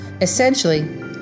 essentially